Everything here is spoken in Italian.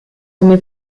come